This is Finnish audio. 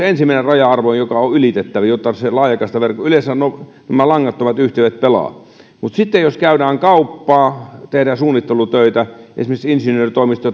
ensimmäinen raja arvo joka on ylitettävä jotta laajakaistaverkko yleensä nämä langattomat yhteydet pelaavat mutta sitten jos käydään kauppaa tehdään suunnittelutöitä jos on esimerkiksi insinööritoimisto